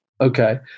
Okay